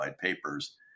Papers